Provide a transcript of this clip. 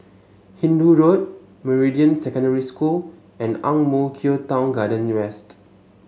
Hindoo Road Meridian Secondary School and Ang Mo Kio Town Garden West